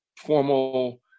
formal